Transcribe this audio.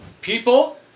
People